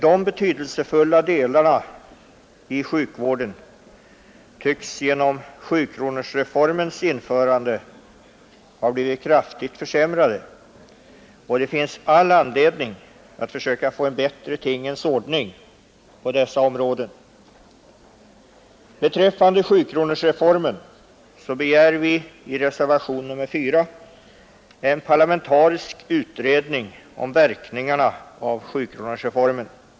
Dessa betydelsefulla delar i sjukvården tycks genom sjukronorsreformens införande ha blivit kraftigt försämrade, och det finns all anledning att försöka få en bättre tingens ordning på dessa områden. I reservationen 4 begär vi en parlamentarisk utredning om verkningarna av sjukronorsreformen.